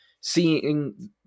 seeing